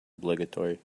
obligatory